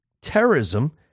terrorism